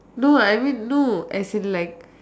no I mean no as in like